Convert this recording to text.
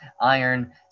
iron